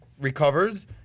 recovers